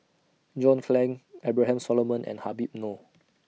John Clang Abraham Solomon and Habib Noh